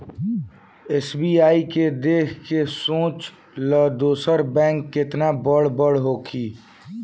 SBI के देख के सोच ल दोसर बैंक केतना बड़ बड़ होखी